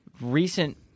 recent